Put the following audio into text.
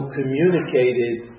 communicated